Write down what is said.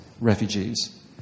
refugees